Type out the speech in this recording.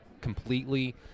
completely